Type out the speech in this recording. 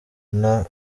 nta